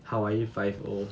hawaii five O